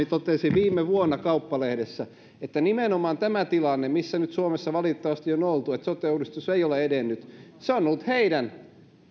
totesi viime vuonna kauppalehdessä että nimenomaan tämä tilanne missä nyt suomessa valitettavasti on oltu että sote uudistus ei ole edennyt on ollut heidän